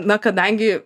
na kadangi